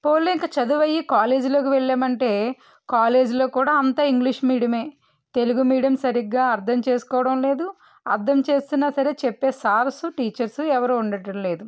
పోనీలే ఇంక చదువయ్యి కాలేజ్లోకి వెళ్ళాం అంటే కాలేజ్లో కూడా అంతా ఇంగ్లీష్ మీడియమే తెలుగు మీడియం సరిగ్గా అర్ధం చేసుకోవడం లేదు అర్ధం చేస్తున్నా సరే చెప్పే సార్స్ టీచర్సు ఎవరూ ఉండడం లేదు